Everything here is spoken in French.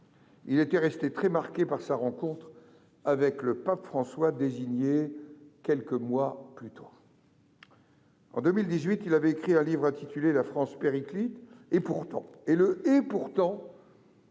Il était resté très marqué par sa rencontre avec le pape François, désigné quelques mois plus tôt. En 2018, il avait écrit un livre intitulé. Le « et pourtant »